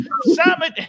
Simon